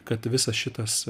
kad visas šitas